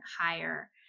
higher